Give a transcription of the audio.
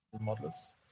models